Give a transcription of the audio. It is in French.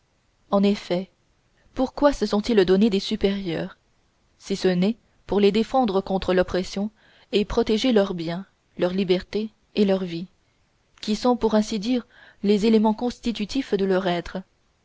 en effet pourquoi se sont-ils donné des supérieurs si ce n'est pour les défendre contre l'oppression et protéger leurs biens leurs libertés et leurs vies qui sont pour ainsi dire les éléments constitutifs de leur être